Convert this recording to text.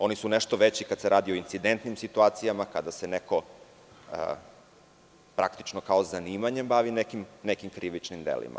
Oni su nešto veći kada se radi o incidentnim situacijama, kada se neko praktično kao zanimanjem bavi nekim krivičnim delima.